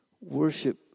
worship